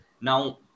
Now